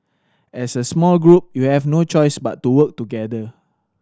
as a small group you have no choice but to work together